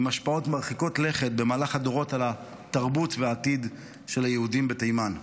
עם השפעות מרחיקות לכת במהלך הדורות על התרבות והעתיד של היהודים בתימן.